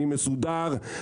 אני מסודר,